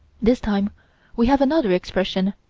this time we have another expression.